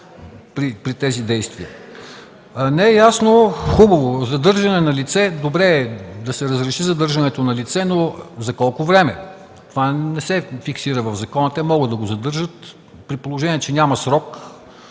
при тези действия. Не е ясно – хубаво, задържане на лице. Добре е да се разреши задържането на лице, но за колко време? Това не се фиксира в закона. Те могат да го задържат, при положение че няма срок,